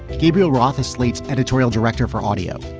gabriel roth is slate's editorial director for audio.